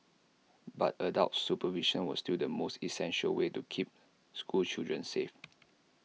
but adult supervision was still the most essential way to keep school children safe